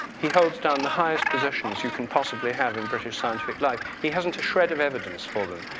he holds down the highest possessions you can possibly have in british scientific life. he hasn't shred of evidence for them.